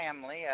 family